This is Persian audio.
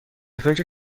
فکر